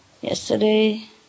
yesterday